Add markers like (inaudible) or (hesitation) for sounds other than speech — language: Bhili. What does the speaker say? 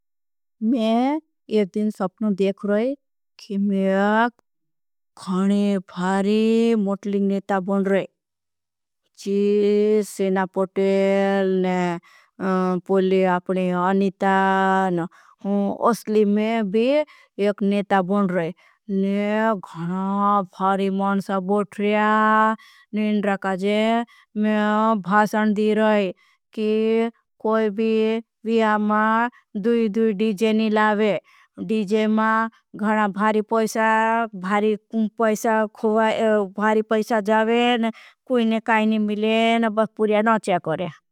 मैं एक दिन सप्नों देख रहा हूँ कि (hesitation) मैं एक गहने भारी। मोटलिंग नेटा बन रहा हूँ (hesitation) जी सेना पोटेल ने पुले। अपने अनिता न उसली मैं भी एक नेटा बन रहा हूँ ने गहना भारी। मनसा बोट रहा हूँ मैं भासन दी रहा हूँ (hesitation) कि कोई। भी विया मां दूई दूई डीजे नी लावे। डीजे मां गहना भारी। (hesitation) पैसा जावे कुई ने काई नी मिले न बस पुर्या न चेक रहे।